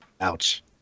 Ouch